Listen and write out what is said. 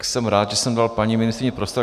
Jsem rád, že jsem dal paní ministryni prostor.